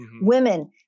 women